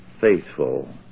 faithful